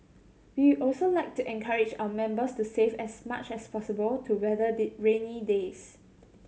we also like to encourage our members to save as much as possible to weather did rainy days